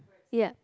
yeap